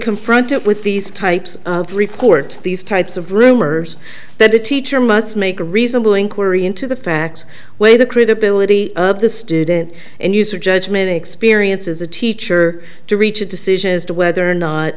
confronted with these types of records these types of rumors that a teacher must make a reasonable inquiry into the facts weigh the credibility of the student and use of judgment experience as a teacher to reach a decision as to whether or not